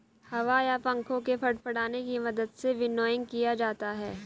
हवा या पंखों के फड़फड़ाने की मदद से विनोइंग किया जाता है